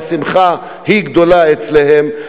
השמחה גדולה אצלם.